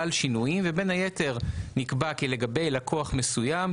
על שינויים ובין היתר נקבע כי לגבי לקוח מסוים,